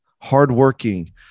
hardworking